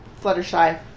Fluttershy